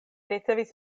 ricevis